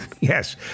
Yes